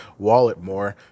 Walletmore